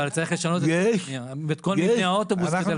אבל צריך לשנות את כל מבנה האוטובוס כדי --- אנחנו